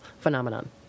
phenomenon